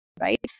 right